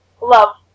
Love